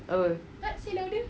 uh